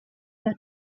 that